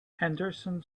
henderson